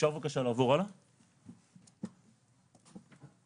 (מציג מצגת)